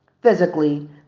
physically